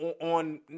on